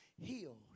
healed